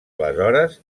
aleshores